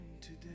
today